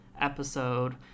episode